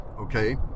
Okay